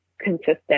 consistent